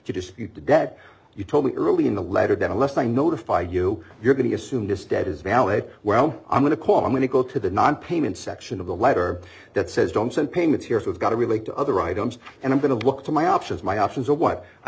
debt you told me early in the letter that unless they notify you you're going to assume this debt is valid well i'm going to call i'm going to go to the nonpayment section of the letter that says don't send payments here if it's got to relate to other items and i'm going to look for my options my options are what i